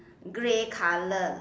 grey colour